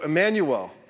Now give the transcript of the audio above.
Emmanuel